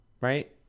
right